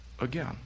again